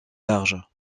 large